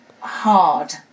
hard